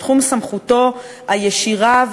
הוא בתחום סמכותו הישירה,